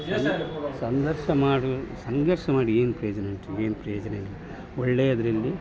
ಸಂಘ ಸಂಘರ್ಷ ಮಾಡು ಸಂಘರ್ಷ ಮಾಡಿ ಏನು ಪ್ರಯೋಜನ ಉಂಟು ಏನು ಪ್ರಯೋಜನ ಇಲ್ಲ ಒಳ್ಳೆಯದರಲ್ಲಿ